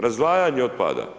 Razdvajanje otpada.